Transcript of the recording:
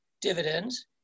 dividends